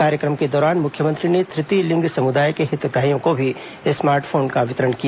कार्यक्रम के दौरान मुख्यमंत्री ने तृतीय लिंग समुदाय के हितग्राहियों को भी स्मार्ट फोन का वितरण किया